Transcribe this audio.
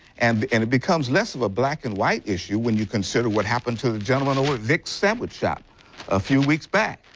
and and, it becomes less of a black and white issue when you consider what happened to the gentleman over at vick's sandwich shop a few weeks back.